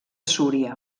súria